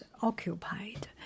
occupied